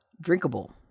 drinkable